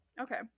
okay